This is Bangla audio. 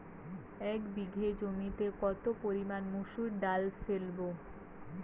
এক বিঘে জমিতে কত পরিমান মুসুর ডাল ফেলবো?